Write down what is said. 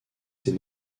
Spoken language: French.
ses